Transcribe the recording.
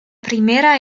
primera